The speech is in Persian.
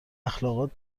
اخالقات